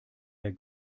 der